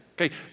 Okay